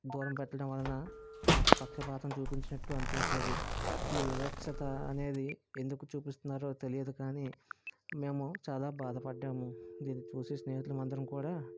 దూరంపెట్టడం వలన మాకు పక్షపాతం చూపించినట్టు అనిపించేది ఈ వివక్షత అనేది ఎందుకు చూపిస్తున్నారో తెలియదు కానీ మేము చాలా బాధ పడ్డాము దీన్ని చూసి స్నేహితులం అందరం కూడా